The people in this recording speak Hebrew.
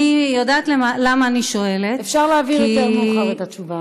אני יודעת למה אני שואלת אפשר להעביר מאוחר יותר את התשובה,